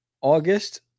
August